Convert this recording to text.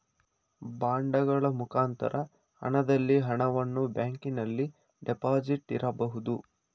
ಬಾಂಡಗಳ ಮುಖಾಂತರ ಹಣದಲ್ಲಿ ಹಣವನ್ನು ಬ್ಯಾಂಕಿನಲ್ಲಿ ಡೆಪಾಸಿಟ್ ಇರಬಹುದು